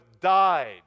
died